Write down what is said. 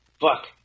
fuck